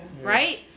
right